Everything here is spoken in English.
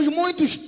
muitos